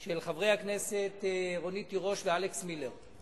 של חברי הכנסת רונית תירוש ואלכס מילר.